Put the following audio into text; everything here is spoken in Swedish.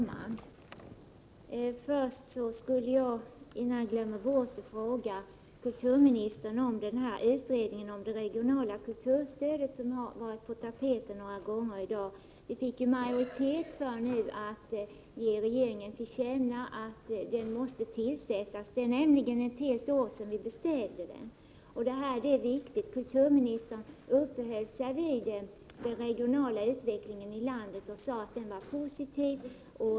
Herr talman! Innan jag glömmer bort det vill jag fråga kulturministern om den utredning om det regionala kulturstödet som har varit på tapeten några gånger i dag. Vi fick ju majoritet för att ge regeringen till känna att den utredningen måste tillsättas. Det är nämligen ett helt år sedan vi beställde 70 den. Detta är viktigt. Kulturministern uppehöll sig vid den regionala utvecklingen i landet och sade att den var positiv.